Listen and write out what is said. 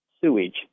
sewage